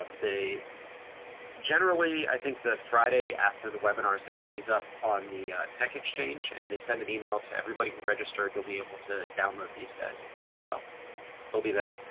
um they generally, i think the friday after the webinars, they get these up on the tech exchange and they send an email to everybody who registered, you'll be able to download these guys. so they'll be there.